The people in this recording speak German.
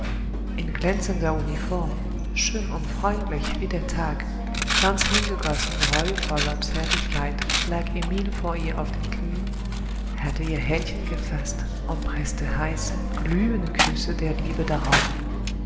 in glänzender uniform schön und freundlich wie der tag ganz hingegossen in reuevoller zärtlichkeit lag emil vor ihr auf den knien hatte ihr händchen gefaßt und preßte heiße glühende küsse der liebe darauf